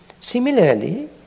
Similarly